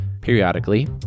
periodically